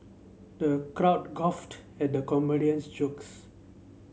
the crowd guffawed at the comedian's jokes